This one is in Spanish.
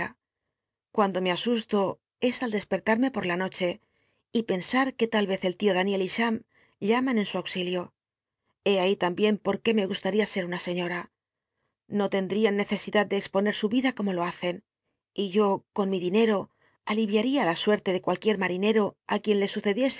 cuando me asuslo es al despertarme por la noche y pensar z el tío dan iel y cham llaman en su auc que ta l y jué me gust llia ser xilio hé abi t ambien por una señora no tendrían necesidad de exponer su ida como lo hacen y yo ron mi dinero aliyiaria la suete de cualc uier marinero ac uien le sucediese